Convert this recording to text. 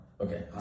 Okay